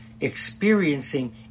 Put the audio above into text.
experiencing